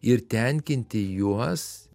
ir tenkinti juos